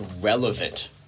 relevant